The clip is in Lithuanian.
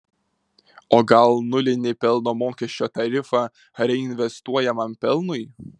o gal nulinį pelno mokesčio tarifą reinvestuojamam pelnui